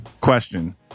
question